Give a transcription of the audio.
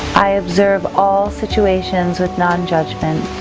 i observe all situations with non-judgment.